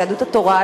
יהדות התורה,